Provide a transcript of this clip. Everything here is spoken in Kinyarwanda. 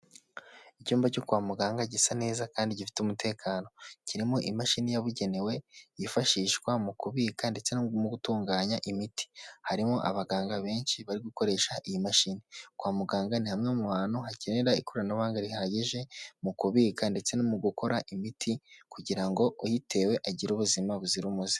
Icyumba cyo kwa muganga gisa neza kandi gifite umutekano, kirimo imashini yabugenewe yifashishwa mu kubika ndetse no mu gutunganya imiti, harimo abaganga benshi bari gukoresha iyi mashini, kwa muganga ni hamwe mu hantu hakenera ikoranabuhanga rihagije mu kubika ndetse no mu gukora imiti kugira ngo uyitewe agire ubuzima buzira umuze.